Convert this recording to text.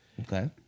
Okay